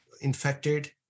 infected